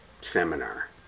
seminar